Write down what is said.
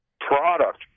product